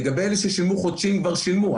לגבי אלה ששילמו חודשי הם כבר שילמו.